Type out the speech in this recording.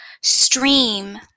stream